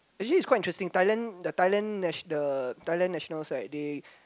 actually it's quite interesting Thailand the Thailand natio~ the Thailand national side they